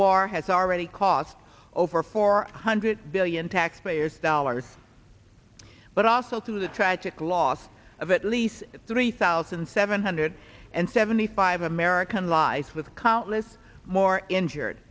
war has already cost over four hundred billion taxpayers dollars but also through the tragic loss of at least three thousand seven hundred and seventy five american lives with countless more injured